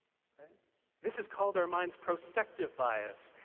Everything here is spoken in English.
ah this is called our mind's prospective bias,